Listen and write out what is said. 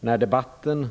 När debatten